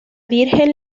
virgen